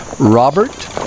Robert